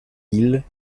îles